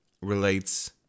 relates